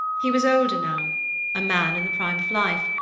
he was older now a man in the prime of life.